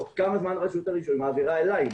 תוך כמה זמן רשות הרישוי מעבירה אלי.